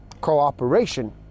cooperation